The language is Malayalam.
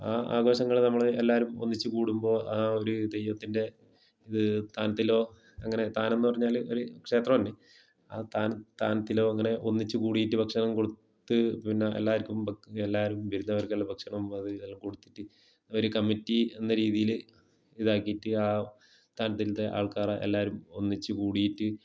ആ ആഘോഷങ്ങൾ നമ്മൾ എല്ലാവരും ഒന്നിച്ച് കൂടുമ്പോൾ ആ ഒരു തെയ്യത്തിൻ്റെ ഇത് താനത്തിലോ അങ്ങനെ താനംന്ന് പറഞ്ഞാൽ ഒരു ക്ഷേത്രംന്നെ ആ താ താനത്തിലോ അങ്ങനെ ഒന്നിച്ച് കൂടിയിട്ട് ഭക്ഷണം കൊടുത്ത് പിന്നെ എല്ലാവർക്കും എല്ലാവരും വരുന്നവർക്കെല്ലാം ഭക്ഷണം അത് ഇതെല്ലാം കൊടുത്തിട്ട് ഇവർ കമ്മിറ്റി എന്ന രീതിയിൽ ഇതാക്കിയിട്ട് സ്ഥാനത്തിൻ്റെ ആൾക്കാർ എല്ലാവരും ഒന്നിച്ച് കൂടിയിട്ട്